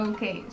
Okay